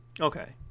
Okay